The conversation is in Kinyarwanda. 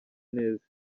neza